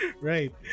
right